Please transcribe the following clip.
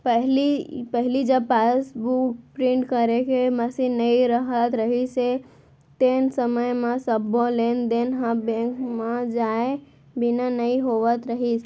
पहिली जब passbook print करे के मसीन नइ रहत रहिस तेन समय म सबो लेन देन ह बेंक म जाए बिना नइ होवत रहिस